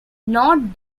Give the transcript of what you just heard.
not